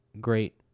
great